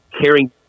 caring